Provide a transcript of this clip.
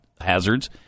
hazards